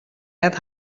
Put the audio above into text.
net